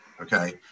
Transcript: Okay